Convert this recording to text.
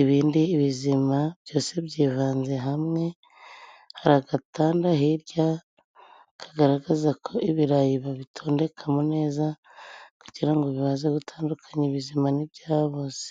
ibindi bizima. Byose byivanze hamwe, hari agatanda hirya kagaragaza ko ibirayi babitondekamo neza, kugira ngo babashe gutandukanya ibizima n'ibyaboze.